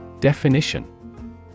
Definition